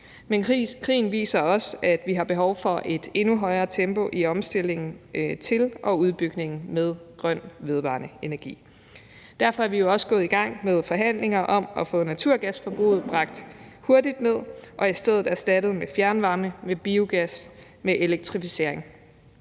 Men krigen viser også, at vi har behov for et endnu højere tempo i omstillingen til og udbygningen med grøn vedvarende energi. Derfor er vi jo også gået i gang med forhandlinger om at få naturgasforbruget bragt hurtigt ned og i stedet erstattet med fjernvarme, med biogas, med elektrificering.